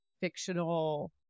fictional